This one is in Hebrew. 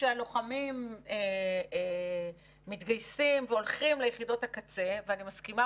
שהלוחמים מתגייסים והולכים ליחידות הקצה אני מסכימה